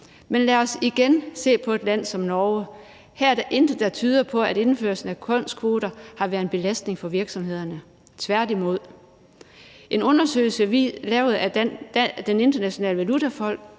Men lad os igen se på et land som Norge. Her er der intet, der tyder på, at indførelsen af kønskvoter har været en belastning for virksomhederne – tværtimod. En undersøgelse lavet af Den Internationale Valutafond